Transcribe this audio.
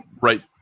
right